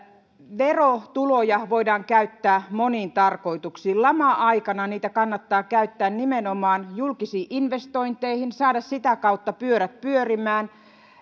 verotuloja voidaan käyttää moniin tarkoituksiin lama aikana niitä kannattaa käyttää nimenomaan julkisiin investointeihin saada sitä kautta pyörät pyörimään